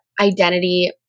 identity